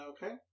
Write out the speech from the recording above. Okay